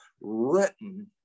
written